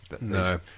no